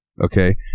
Okay